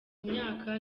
imyaka